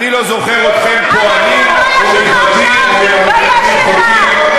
אני לא זוכר אתכם, זה לא נכון.